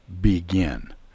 begin